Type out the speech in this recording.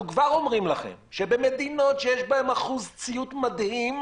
כבר אומרים לכם שבמדינות שיש בהם אחוז ציות מדהים,